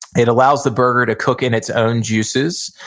it allows the burger to cook in its own juices.